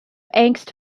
angst